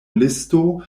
listo